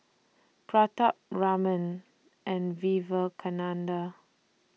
Pratap Raman and Vivekananda